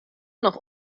noch